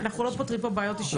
אנחנו לא פותרים פה בעיות אישיות.